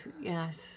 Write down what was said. Yes